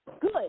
good